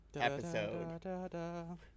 episode